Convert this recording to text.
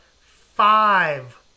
five